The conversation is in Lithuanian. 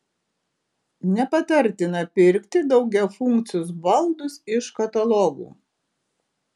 nepatartina pirkti daugiafunkcius baldus iš katalogų